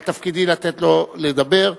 אבל תפקידי לתת לו לדבר,